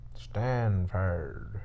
Stanford